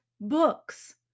books